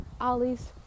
Ollie's